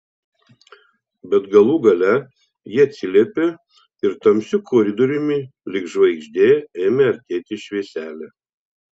bet galų gale ji atsiliepė ir tamsiu koridoriumi lyg žvaigždė ėmė artėti švieselė